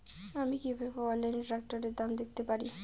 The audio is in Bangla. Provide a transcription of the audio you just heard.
আমি কিভাবে অনলাইনে ট্রাক্টরের দাম দেখতে পারি?